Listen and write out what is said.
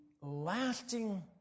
lasting